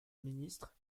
ministre